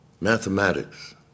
mathematics